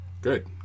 Good